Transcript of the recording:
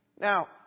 Now